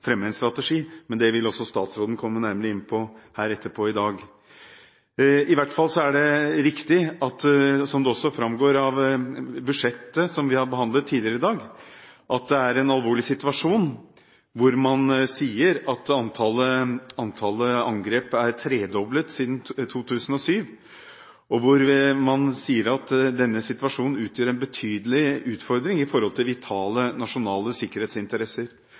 fremme en strategi. Det vil statsråden komme nærmere inn på senere i dag. I hvert fall er det riktig, som det også framgår av budsjettet som vi har behandlet tidligere i dag, at det er en alvorlig situasjon. Man sier at antallet angrep er tredoblet siden 2007, at denne situasjonen utgjør en betydelig utfordring med hensyn til vitale nasjonale sikkerhetsinteresser